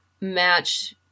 match